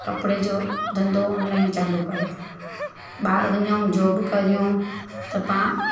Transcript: कपिड़े जो धंधो ऑनलाइन चालू कयो ॿाइर वञऊं जॉब कयूं त पा